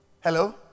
Hello